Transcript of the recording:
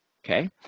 Okay